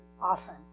often